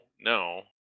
no